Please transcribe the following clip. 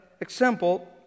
example